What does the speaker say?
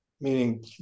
Meaning